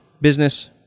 business